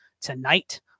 tonight